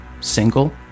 single